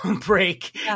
break